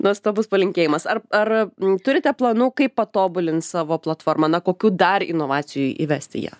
nuostabus palinkėjimas ar ar turite planų kaip patobulint savo platformą na kokių dar inovacijų įvest į ją